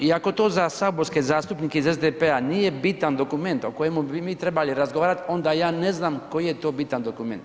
I ako to za saborske zastupnike iz SDP-a nije bitan dokument o kojemu bi mi trebali razgovarati onda ja ne znam koji je to bitan dokument.